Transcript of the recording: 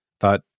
Thought